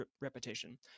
repetition